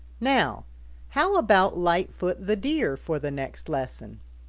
now how about lightfoot the deer for the next lesson?